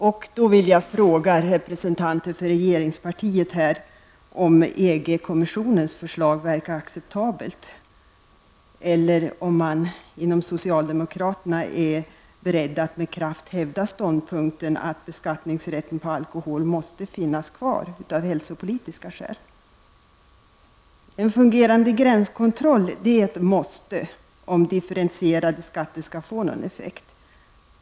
Jag vill fråga representanten för regeringspartiet om EG-kommissionens förslag verkar acceptabelt eller om man inom det socialdemokratiska partiet är beredd att med kraft hävda ståndpunkten att beskattningsrätten för alkohol måste finnas kvar av hälsopolitiska skäl. En fungerande gränskontroll är ett måste om differentierade skatter skall få någon effekt.